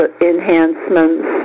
enhancements